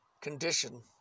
condition